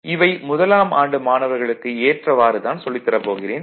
இவை முதலாம் ஆண்டு மாணவர்களுக்கு ஏற்றவாறு தான் சொல்லித் தரப் போகிறேன்